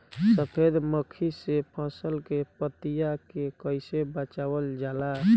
सफेद मक्खी से फसल के पतिया के कइसे बचावल जाला?